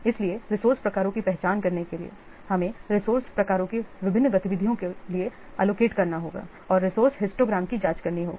इसलिए रिसोर्से प्रकारों की पहचान करने के बाद हमें रिसोर्से प्रकारों को विभिन्न गतिविधियों के लिए एलोकेट करना होगा और रिसोर्से हिस्टोग्राम की जांच करनी होगी